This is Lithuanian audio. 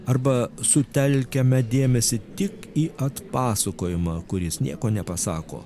arba sutelkiame dėmesį tik į atpasakojimą kuris nieko nepasako